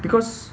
because